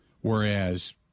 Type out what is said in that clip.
Whereas